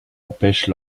empêche